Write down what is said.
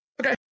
okay